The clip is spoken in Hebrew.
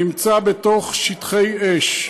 נמצא בתוך שטחי אש.